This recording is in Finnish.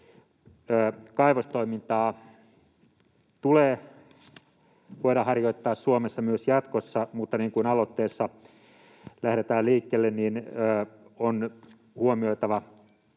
Kaivostoimintaa tulee voida harjoittaa Suomessa myös jatkossa, mutta niin kuin aloitteessa lähdetään liikkeelle, on huomioitava